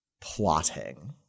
plotting